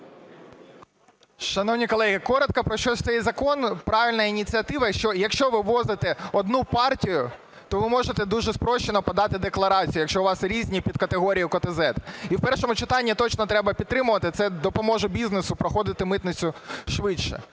Шановні колеги, коротко про що цей закон. Правильна ініціатива, якщо ввозите одну партію, то ви можете дуже спрощено подати декларацію, якщо у вас різні під категорією УКТЗЕД. І в першому читанні точно треба підтримувати, це допоможе бізнесу проходити митницю швидше.